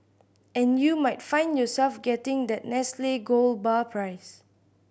and you might find yourself getting that Nestle gold bar prize